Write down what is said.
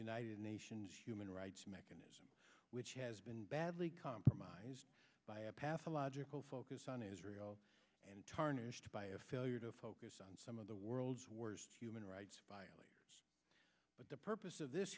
united nations human rights mechanism which has been badly compromised by a pathological focus on israel and tarnished by a failure to focus on some of the world's worst human rights violator but the purpose of this